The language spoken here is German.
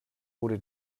wurde